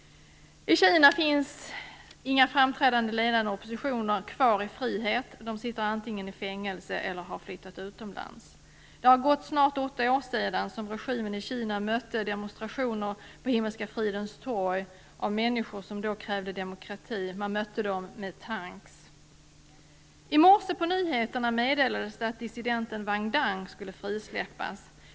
I Kina finns inga framträdande och ledande oppositionella kvar i frihet. De sitter antingen i fängelse eller har flyttat utomlands. Det har snart gått åtta år sedan regimen i Kina mötte demonstrationer av människor som krävde demokrati på Himmelska fridens torg med tankar. Wang Dan skulle frisläppas.